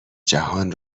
جهان